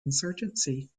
insurgency